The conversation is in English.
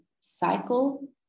cycle